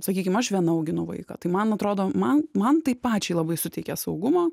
sakykim aš viena auginu vaiką tai man atrodo man man tai pačiai labai suteikia saugumo